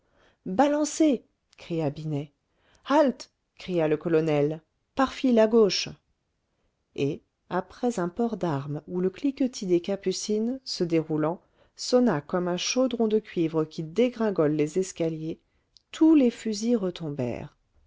balancez cria binet halte cria le colonel par file à gauche et après un port d'armes où le cliquetis des capucines se déroulant sonna comme un chaudron de cuivre qui dégringole les escaliers tous les fusils retombèrent